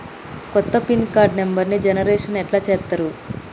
కొత్త pin card నెంబర్ని generation ఎట్లా చేత్తరు?